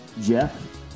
Jeff